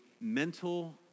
mental